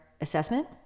assessment